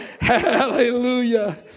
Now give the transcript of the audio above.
Hallelujah